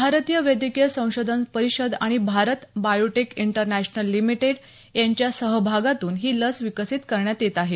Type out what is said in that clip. भारतीय वैद्यकीय संशोधन परिषद आणि भारत बायोटेक इंटरनॅशनल लिमिटेड यांच्या सहभागातून ही लस विकसीत करण्यात येत आहे